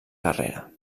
carrera